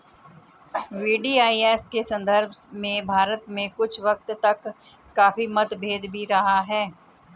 VDIS के संदर्भ में भारत में कुछ वक्त तक काफी मतभेद भी रहा है